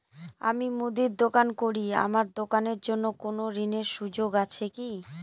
আমি মুদির দোকান করি আমার দোকানের জন্য কোন ঋণের সুযোগ আছে কি?